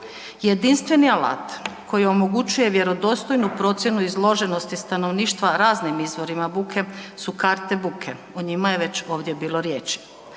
Jedinstveni alat koji omogućuje vjerodostojnu procjenu izloženosti stanovništva raznim izvorima buke su karte buke, o njima je ovdje već bilo riječ.